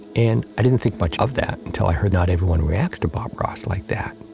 and i didn't think much of that, until i heard, not everyone reacts to bob ross like that.